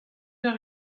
eur